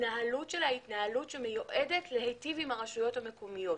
ההתנהלות שלה היא התנהלות שמיועדת להיטיב עם הרשויות המקומיות.